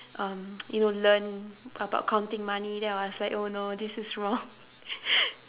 um you know learn about counting money then I was like oh no this is wrong